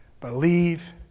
Believe